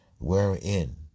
wherein